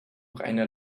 reiner